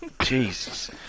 Jesus